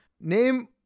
Name